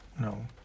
No